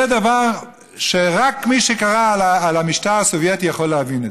זה דבר שרק מי שקרא על המשטר הסובייטי יכול להבין.